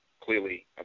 clearly